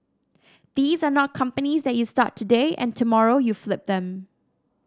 these are not companies that you start today and tomorrow you flip them